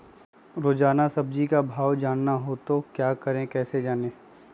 रोजाना सब्जी का भाव जानना हो तो क्या करें कैसे जाने?